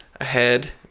ahead